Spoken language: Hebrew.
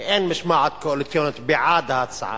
ואין משמעת קואליציונית בעד ההצעה.